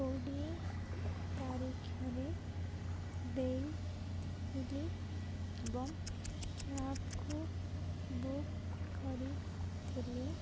କୋଡ଼ିଏ ତାରିଖରେ ଦେଇଥିଲି ଏବଂ କ୍ୟାବ୍କୁ ବୁକ୍ କରିଥିଲି